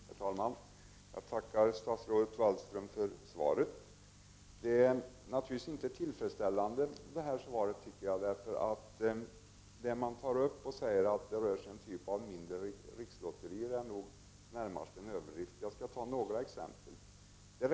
Herr talman! Jag tackar statsrådet Margot Wallström för svaret. Jag tycker inte att svaret är tillfredsställande, eftersom det sägs att det rör sig om en typ av mindre rikslotterier. Det är närmast en överdrift. Jag skall ta några exempel.